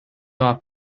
off